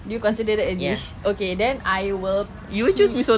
do you consider that a dish okay then I will pick